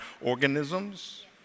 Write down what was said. organisms